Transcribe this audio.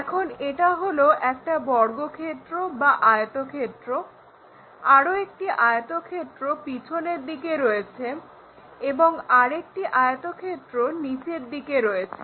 এখন এটা হলো একটা বর্গক্ষেত্র বা আয়তক্ষেত্র আরো একটি আয়তক্ষেত্র পিছনের দিকে রয়েছে এবং আর একটি আয়তক্ষেত্র নিচের দিকে রয়েছে